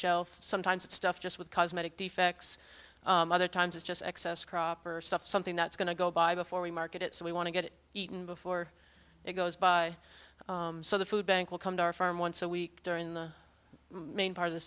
shelf sometimes it's stuff just with cosmetic defects other times it's just excess crop or stuff something that's going to go by before we market it so we want to get eaten before it goes by so the food bank will come to our farm once a week during the main part of the